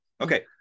Okay